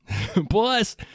Plus